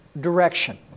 direction